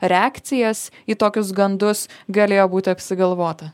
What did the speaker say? reakcijas į tokius gandus galėjo būt apsigalvota